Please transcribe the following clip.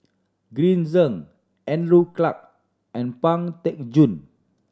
Green Zeng Andrew Clarke and Pang Teck Joon